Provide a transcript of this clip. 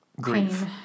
grief